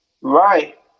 Right